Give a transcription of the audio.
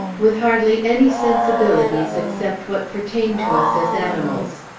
with hardly any sensibilities except what pertain to us as animals.